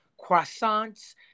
croissants